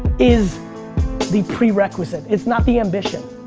is the prerequisite, it's not the ambition.